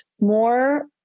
more